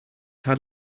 had